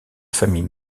famille